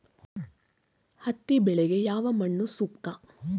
ಹತ್ತಿ ಬೆಳೆಗೆ ಯಾವ ಮಣ್ಣು ಸೂಕ್ತ?